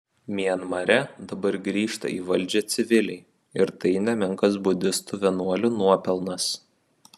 mianmare dabar grįžta į valdžią civiliai ir tai nemenkas budistų vienuolių nuopelnas